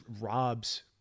robs